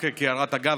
רק כהערת אגב,